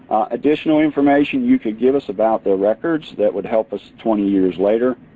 additional information you could give us about the records that will help us twenty years later.